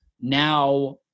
now